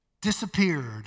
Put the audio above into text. disappeared